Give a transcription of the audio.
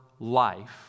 life